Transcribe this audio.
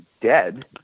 dead